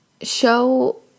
show